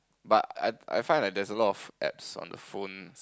but I I find like that's a lot of apps on the phone